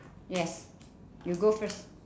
yes you go first